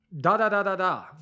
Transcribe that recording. da-da-da-da-da